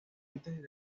patentes